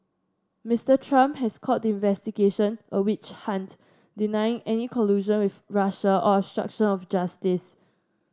Mister Trump has called the investigation a witch hunt denying any collusion with Russia or obstruction of justice